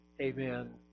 Amen